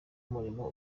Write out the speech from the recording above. umurimo